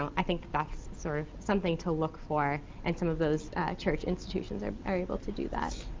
i think that's sort of something to look for, and some of those church institutions are are able to do that.